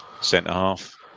centre-half